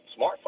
smartphone